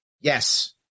Yes